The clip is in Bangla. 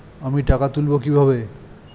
আমি টাকা তুলবো কি ভাবে?